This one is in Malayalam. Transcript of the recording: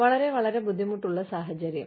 വളരെ വളരെ ബുദ്ധിമുട്ടുള്ള സാഹചര്യം